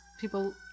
people